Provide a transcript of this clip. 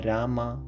Rama